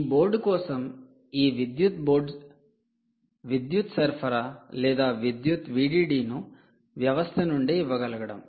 ఈ బోర్డు కోసం ఈ విద్యుత్ బోర్డు విద్యుత్ సరఫరా లేదా విద్యుత్ VDD ను వ్యవస్థ నుండే ఇవ్వగలగడం